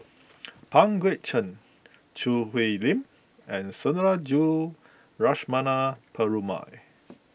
Pang Guek Cheng Choo Hwee Lim and Sundarajulu Lakshmana Perumal